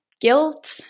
guilt